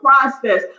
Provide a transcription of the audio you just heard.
process